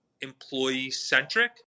employee-centric